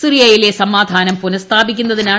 സിറിയയിലെ സ്മാധാനം പുനസ്ഥാപിക്കുന്നതിനാണ്